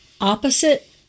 opposite